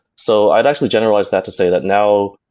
so i'd actually generalize that to say that, now,